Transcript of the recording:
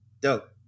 dope